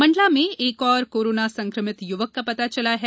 मंडला में एक और कोरोना संक्रमित युवक का पता चला है